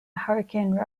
hurricane